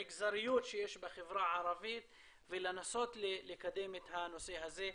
למגזריות שיש בחברה הערבית ולנסות לקדם את הנושא הזה.